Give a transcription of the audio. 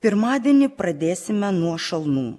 pirmadienį pradėsime nuo šalnų